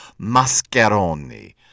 Mascheroni